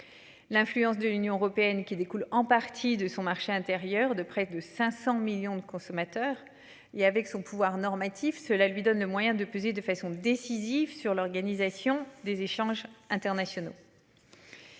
L'influence de l'Union européenne qui découle en partie de son marché intérieur de près de 500 millions de consommateurs et avec son pouvoir normatif, cela lui donne le moyen de peser de façon décisive sur l'organisation des échanges internationaux.